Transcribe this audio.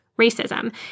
racism